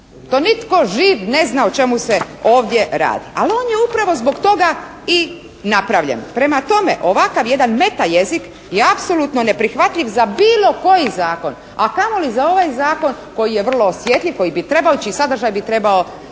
To nitko živ ne zna o čemu se ovdje radi, ali on je upravo zbog toga i napravljen. Prema tome, ovakav jedan meta jezik je apsolutno neprihvatljiv za bilo koji zakon, a kamoli za ovaj Zakon koji je vrlo osjetljiv, koji bi, sadržaj bi trebao